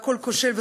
והכול כושל,